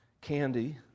candy